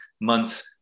months